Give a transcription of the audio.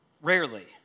Rarely